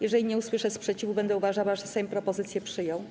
Jeżeli nie usłyszę sprzeciwu, będę uważała, że Sejm propozycję przyjął.